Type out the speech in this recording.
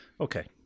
Okay